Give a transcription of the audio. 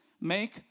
make